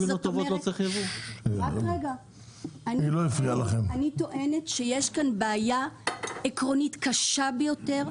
אני טוענת שיש כאן בעיה עקרונית קשה ביותר,